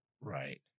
Right